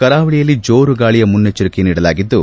ಕರಾವಳಿಯಲ್ಲಿ ಜೋರು ಗಾಳಿಯ ಮುನ್ನೆಜ್ಜರಿಕೆ ನೀಡಲಾಗಿದ್ದು